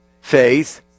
faith